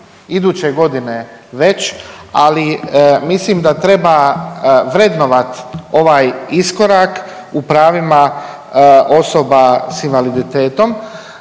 iduće godine već, ali mislim da treba vrednovat ovaj iskorak u pravima osoba s invaliditetom.